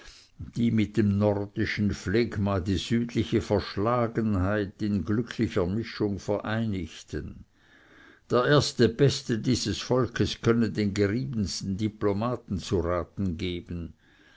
die mit dem nordischen phlegma die südliche verschlagenheit in glücklicher mischung vereinigten der erste beste dieses volkes könne dem geriebensten diplomaten zu raten geben